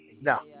No